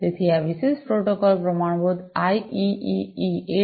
તેથી આ વિશિષ્ટ પ્રોટોકોલ પ્રમાણભૂત આઇઇઇઇ 802